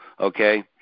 okay